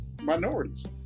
minorities